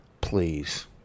please